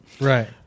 Right